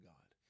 God